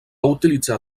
utilitzar